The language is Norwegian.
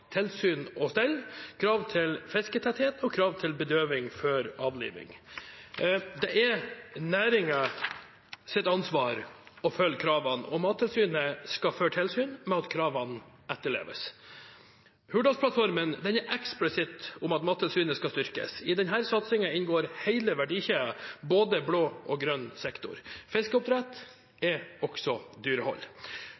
tilsyn og stell, krav til fisketetthet og krav til bedøving før avliving. Det er næringens ansvar å følge kravene, og Mattilsynet skal føre tilsyn med at kravene etterleves. Hurdalsplattformen er eksplisitt om at Mattilsynet skal styrkes. I denne satsingen inngår hele verdikjeden, både blå og grønn sektor. Fiskeoppdrett